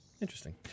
Interesting